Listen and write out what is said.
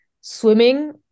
swimming